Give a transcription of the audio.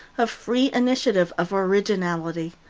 of free initiative, of originality.